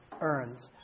earns